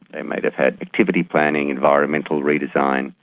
they may have had activity planning, environmental redesign,